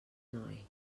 noi